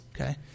Okay